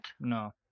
No